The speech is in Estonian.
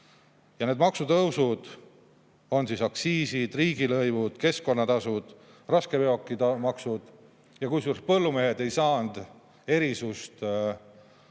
Ja need maksutõusud on aktsiisid, riigilõivud, keskkonnatasud, raskeveokimaks – kusjuures põllumehed ei saanud erisust